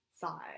side